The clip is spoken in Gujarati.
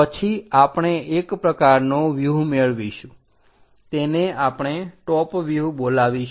પછી આપણે એક પ્રકારનો વ્યુહ મેળવીશું તેને આપણે ટોપ વ્યુહ બોલાવીશું